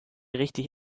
richtig